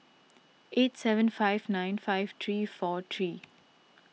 eight seven five nine five three four three